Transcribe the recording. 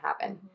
happen